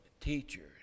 teachers